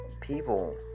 people